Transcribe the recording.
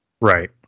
Right